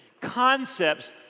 concepts